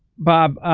bob,